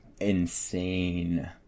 insane